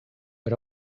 but